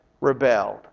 rebelled